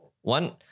One